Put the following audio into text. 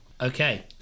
Okay